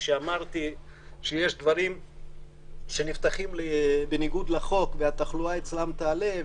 כשאמרתי שיש דברים שנפתחים בניגוד לחוק והתחלואה אצלם תעלה,